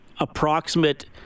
approximate